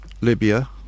Libya